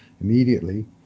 immediately